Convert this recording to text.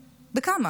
בכמה?